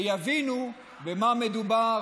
ויבינו במה מדובר,